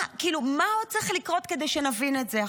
מה עוד צריך לקרות כדי שנבין את זה?